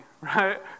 right